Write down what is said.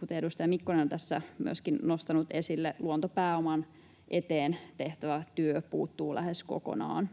kuten edustaja Mikkonen on tässä myöskin nostanut esille, luontopääoman eteen tehtävä työ puuttuu lähes kokonaan.